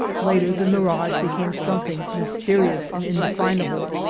later the mirage be came something mysterious and indefinable,